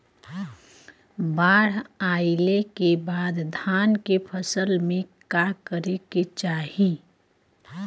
बाढ़ आइले के बाद धान के फसल में का करे के चाही?